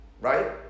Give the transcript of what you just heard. Right